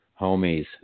homies